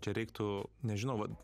čia reiktų nežinau vat